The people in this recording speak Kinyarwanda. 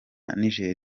niger